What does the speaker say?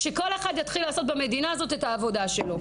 שכל אחד יתחיל לעשות במדינה הזאת את המדינה הזאת.